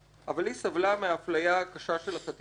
אבל היא סבלה מאפליה קשה של החטיבה.